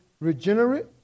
regenerate